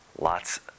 lots